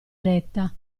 eretta